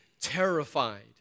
terrified